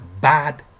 Bad